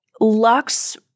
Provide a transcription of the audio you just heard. Lux